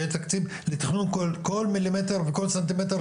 יהיה תקציב לתכנון כל מילימטר וכל סנטימטר